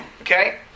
okay